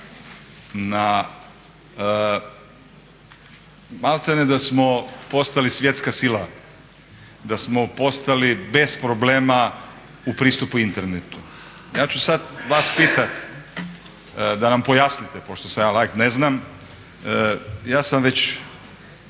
malte ne da smo postali svjetska sila, da smo postali bez problema u pristupu interneta. Ja ću sad vas pitat da nam pojasnite pošto sam ja laik, ne znam, ja sam već